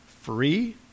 Free